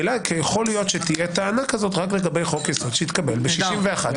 כל החוקים שווי ערך,